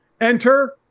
Enter